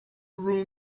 room